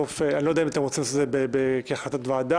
אני לא יודע אם אתם רוצים לעשות את זה כהחלטת ועדה,